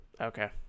Okay